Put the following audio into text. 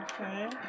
Okay